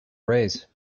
raise